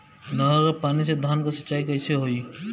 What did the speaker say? नहर क पानी से धान क सिंचाई कईसे होई?